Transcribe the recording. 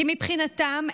כי מבחינתם,